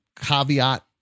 caveat